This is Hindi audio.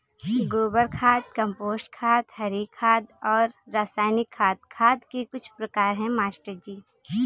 गोबर खाद कंपोस्ट खाद हरी खाद और रासायनिक खाद खाद के कुछ प्रकार है मास्टर जी